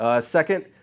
Second